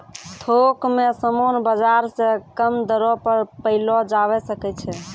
थोक मे समान बाजार से कम दरो पर पयलो जावै सकै छै